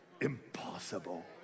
impossible